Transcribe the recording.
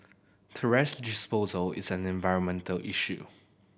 thrash disposal is an environmental issue